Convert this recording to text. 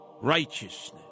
righteousness